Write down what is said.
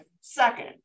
second